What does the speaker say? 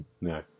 No